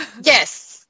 Yes